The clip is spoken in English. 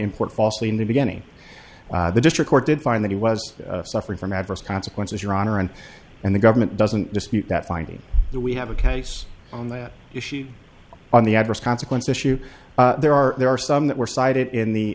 import falsely in the beginning the district court did find that he was suffering from adverse consequences your honor and and the government doesn't dispute that finding that we have a case on that issue on the adverse consequence issue there are there are some that were cited in the